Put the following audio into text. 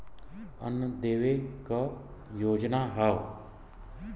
अन्न देवे क योजना हव